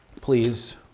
please